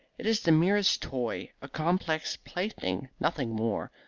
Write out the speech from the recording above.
it is the merest toy a complex plaything, nothing more.